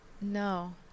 No